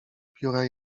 pióra